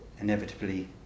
inevitably